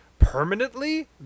Permanently